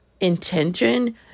intention